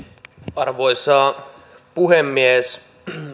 arvoisa puhemies